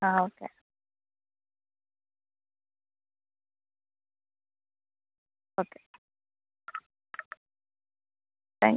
ആ okay okay thank you